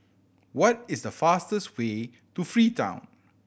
what is the fastest way to Freetown